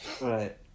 Right